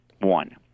One